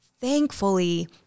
thankfully